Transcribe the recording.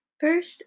First